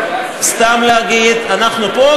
סתם להגיד: אנחנו פה,